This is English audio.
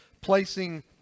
placing